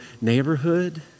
neighborhood